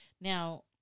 Now